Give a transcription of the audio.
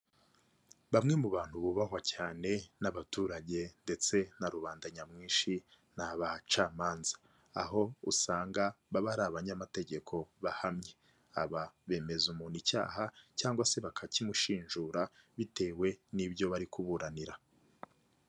Bamwe mu bantu bubahwa cyane n'abaturage ndetse na rubanda nyamwinshi ni abacamanza. Aho usanga baba ari abanyamategeko bahamye. Aba bemeza umuntu icyaha cyangwa se bakakimushinjura bitewe n'ibyo bari kuburanira.